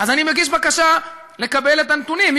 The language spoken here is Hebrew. אז אני מגיש בקשה לקבל את הנתונים,